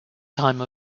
time